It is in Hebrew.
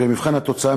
במבחן התוצאה,